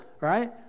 right